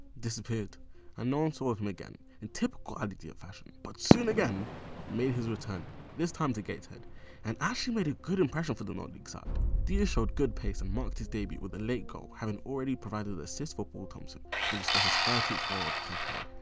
disappeard and no one saw of him again in typical ali dia fashion. but soon again made his return this time to gateshead and actually made a good impression for the non league side dia showed good pace and marked his debut with a late goal having already provided the assist for paul thompson to register his thirteenth goal of the campaign,